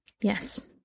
yes